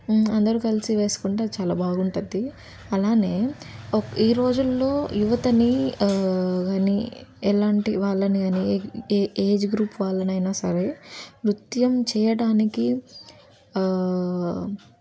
అందరూ కల్సి వేస్కుంటే చాలా బాగుంటుంది అలానే ఈ రోజుల్లో యువతని కానీ ఎలాంటి వాళ్ళని కానీ ఏ ఏ ఏజ్ గ్రూప్ వాళ్ళనైనా సరే నృత్యం చేయడానికి